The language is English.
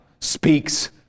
speaks